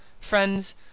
Friends